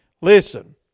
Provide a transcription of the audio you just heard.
listen